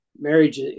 Marriage